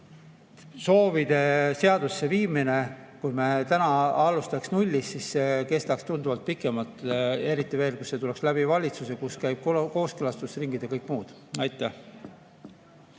soovide seadusesse viimiseks. Kui me täna alustaks nullist, siis kestaks see tunduvalt pikemalt, eriti veel, kui see tuleks läbi valitsuse, kus on kooskõlastusringid ja kõik muu. Peeter